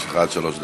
עד שלוש דקות.